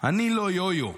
"אני לא "יו-יו"?